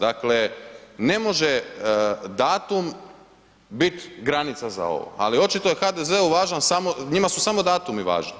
Dakle, ne može datum bit granica za ovo, ali očito je HDZ-u važno samo, njima su samo datumi važni,